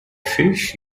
fish